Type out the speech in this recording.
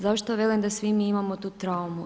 Zašto velim da svi mi imamo tu traumu?